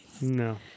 no